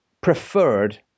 preferred